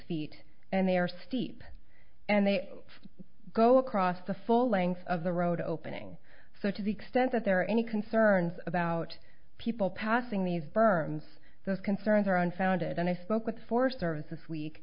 feet and they are steep and they go across the full length of the road opening so to the extent that there are any concerns about people passing these berms those concerns are unfounded and i spoke with for services week